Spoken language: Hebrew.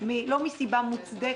לא מסיבה מוצדקת.